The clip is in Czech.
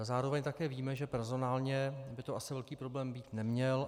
Zároveň také víme, že personálně by to asi velký problém být neměl.